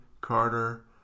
Carter